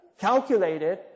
calculated